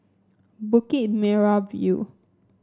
Bukit Merah View